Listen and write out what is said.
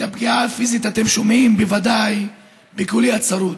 את הפגיעה הפיזית אתם שומעים בוודאי בקולי הצרוד.